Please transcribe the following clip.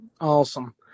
Awesome